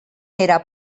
era